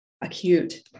acute